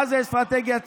מה זה אסטרטגיית צעירים?